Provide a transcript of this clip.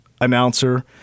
announcer